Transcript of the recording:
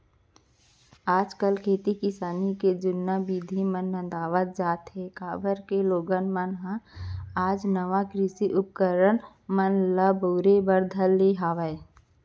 आज काल खेती किसानी के जुन्ना बिधि मन नंदावत जात हें, काबर के लोगन मन ह आज नवा कृषि उपकरन मन ल बउरे बर धर ले हवय